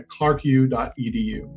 clarku.edu